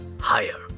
higher